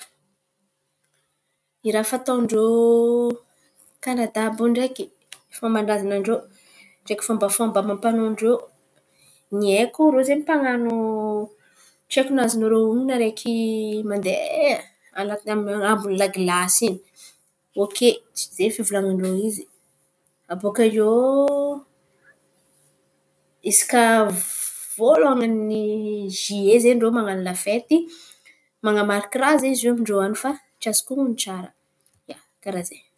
Ny raha fataon-drô Kanadà àby iô ndraiky, fômban-drazan-drô ndraiky fômba amam-panaon-drô ny haiko, irô zen̈y mpanan̈o tsy haiko na azonareo honon̈o araiky mandeha an̈aty ambony la glasy in̈y, hoke, tsy zen̈y fivolan̈an-drô izy. Abaka eo isaka voalohan’ny zie rô man̈ano la fety manamariky raha zen̈y ze amin-drô an̈y. Fa tsy azoko honon̈o tsara, ia, karà ze.